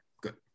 good